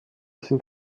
sind